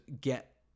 get